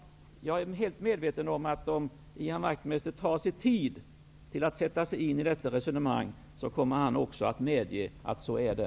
Jag är helt medveten om att också Ian Wachtmeister, om han tar sig tid och sätter sig in i detta resonemang, kommer att medge det.